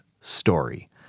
story